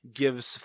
gives